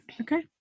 okay